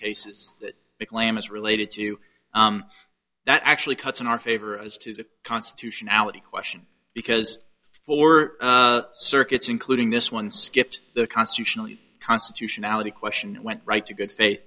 cases that they claim is related to that actually cuts in our favor as to the constitutionality question because for circuits including this one skipped the constitutionally constitutionality question went right to good faith